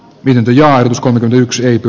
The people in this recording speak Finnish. vienti ja yksilöity